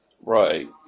Right